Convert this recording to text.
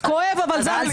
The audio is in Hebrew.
כואב, אבל זו המציאות.